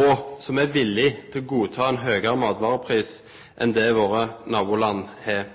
og som er villig til å godta en høyere matvarepris enn det våre naboland har.